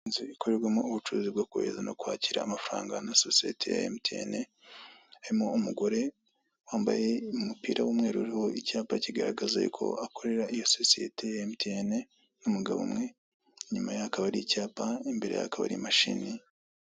Inzu ikorerwamo ubucuruzi bwo kohereza no kwakira amafaranga na sosiyete ya emutiyeni. Harimo umugore wambaye umupira w'umweru, uriho icyapa kigaragaza yuko akorera iyo sosiyete ya emutiyeni, n'umugabo umwe. Inyuma ye hakaba hari icyapa, imbere ye hakaba hari imashini.